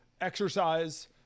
exercise